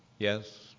Yes